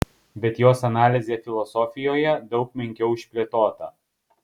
bet jos analizė filosofijoje daug menkiau išplėtota